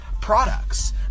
products